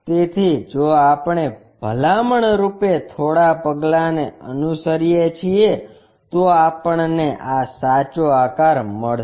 તેથી જો આપણે ભલામણ રૂપે થોડા પગલાંને અનુસરીએ છીએ તો આપણને આ સાચો આકાર મળશે